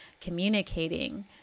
communicating